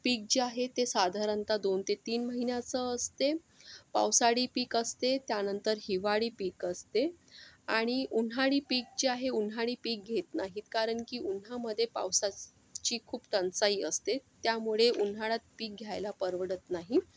पीक जे आहे ते साधारणत दोन ते तीन महिन्याचं असते पावसाळी पीक असते त्यानंतर हिवाळी पीक असते आणि उन्हाळी पीक जे आहे उन्हाळी पीक घेत नाहीत कारण की उन्हामध्ये पावसाची खूप टंचाई असते त्यामुळे उन्हाळ्यात पीक घ्यायला परवडत नाही